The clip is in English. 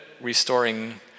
restoring